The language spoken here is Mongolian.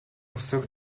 үсэг